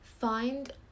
find